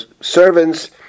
servants